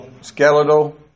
skeletal